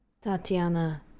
Tatiana